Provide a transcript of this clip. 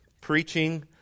Preaching